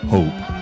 Hope